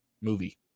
movie